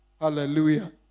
Hallelujah